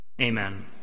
Amen